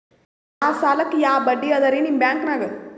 ಯಾ ಸಾಲಕ್ಕ ಯಾ ಬಡ್ಡಿ ಅದರಿ ನಿಮ್ಮ ಬ್ಯಾಂಕನಾಗ?